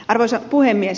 arvoisa puhemies